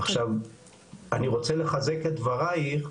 עכשיו אני רוצה לחזק את דברייך,